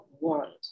world